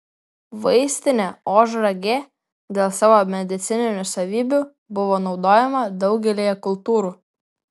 vaistinė ožragė dėl savo medicininių savybių buvo naudojama daugelyje kultūrų